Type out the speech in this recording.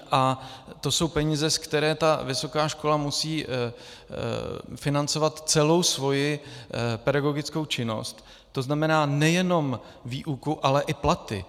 A to jsou peníze, z kterých vysoká škola musí financovat celou svoji pedagogickou činnost, to znamená nejenom výuku, ale i platy.